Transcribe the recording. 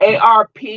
ARP